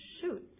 shoot